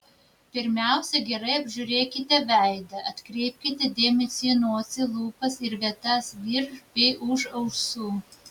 pirmiausia gerai apžiūrėkite veidą atkreipkite dėmesį į nosį lūpas ir vietas virš bei už ausų